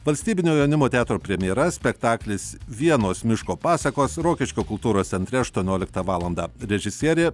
valstybinio jaunimo teatro premjera spektaklis vienos miško pasakos rokiškio kultūros centre aštuonioliktą valandą režisierė